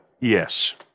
Yes